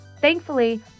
Thankfully